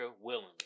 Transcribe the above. willingly